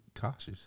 cautious